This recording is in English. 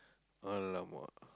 !alamak!